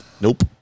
nope